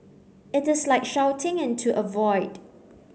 it is like shouting into a void